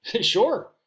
Sure